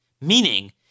Meaning